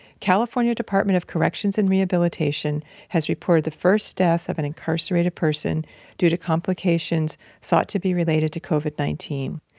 california department of corrections and rehabilitation has reported the first death of an incarcerated person due to complications thought to be related to covid nineteen.